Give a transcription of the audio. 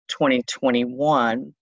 2021